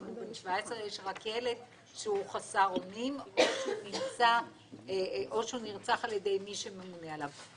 למעט ילד שהוא חסר אונים או שהוא נרצח על ידי מי שממונה עליו.